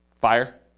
Fire